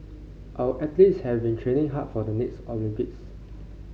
our athletes have been training hard for the next Olympics